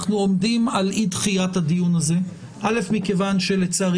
אנחנו עומדים על אי דחיית הדיון הזה מכיוון שלצערי